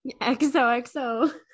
xoxo